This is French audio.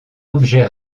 objet